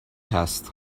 هست